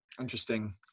Interesting